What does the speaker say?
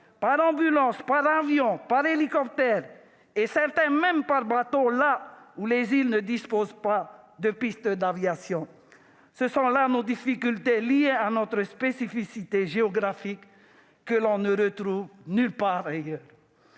par ambulance, par avion, par hélicoptère et parfois même par bateau, quand l'île ne dispose pas de piste d'aviation. Ces difficultés, liées à notre spécificité géographique, ne se retrouvent nulle part ailleurs.